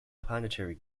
planetary